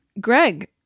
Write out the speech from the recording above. greg